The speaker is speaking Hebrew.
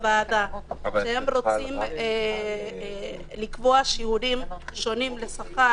שרוצים לקבוע שיעורים שונים לשכר